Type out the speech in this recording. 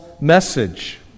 message